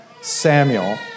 Samuel